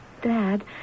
Dad